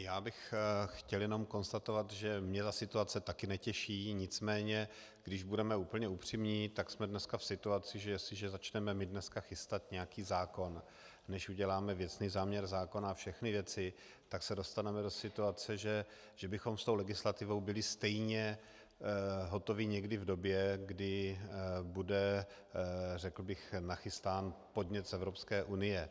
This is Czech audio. Já bych chtěl jenom konstatovat, že mě ta situace také netěší, nicméně když budeme úplně upřímní, tak jsme dneska v situaci, že jestliže začneme dneska chystat nějaký zákon, než uděláme věcný záměr zákona a všechny věci, tak se dostaneme do situace, že bychom s tou legislativou byli stejně hotovi někdy v době, kdy bude, řekl bych, nachystán podnět z EU.